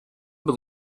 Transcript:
been